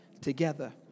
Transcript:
together